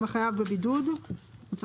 מדובר על כך שאדם החייב בבידוד צריך